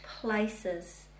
places